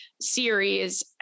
series